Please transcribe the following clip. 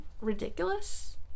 ridiculous